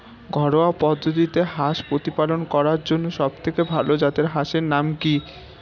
ঘরোয়া পদ্ধতিতে হাঁস প্রতিপালন করার জন্য সবথেকে ভাল জাতের হাঁসের নাম কি?